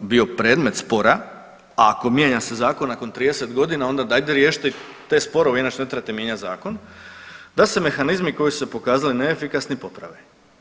bio predmet spora, a ako mijenja se zakon nakon 30.g. onda dajete riješite te sporove inače ne trebate mijenjati zakon da se mehanizmi koji su se pokazali neefikasni poprave.